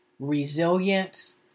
resilience